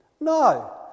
No